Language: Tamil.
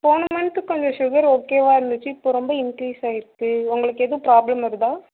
போன மந்த் கொஞ்சம் சுகர் ஓகேவாக இருந்துச்சு இப்போது ரொம்ப இன்க்ரீஸ் ஆகியிருக்கு உங்களுக்கு எதுவும் ப்ராப்ளம் வருதா